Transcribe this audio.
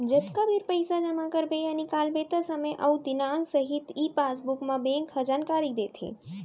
जतका बेर पइसा जमा करबे या निकालबे त समे अउ दिनांक सहित ई पासबुक म बेंक ह जानकारी देथे